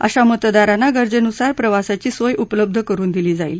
अशा मतदारांना गरजेनुसार प्रवासाची सोय उपलब्ध करुन दिली जाईल